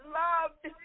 loved